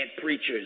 preachers